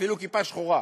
אפילו כיפה שחורה,